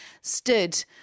stood